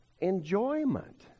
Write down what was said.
enjoyment